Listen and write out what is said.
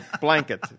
blanket